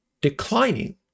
declining